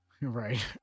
right